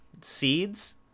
seeds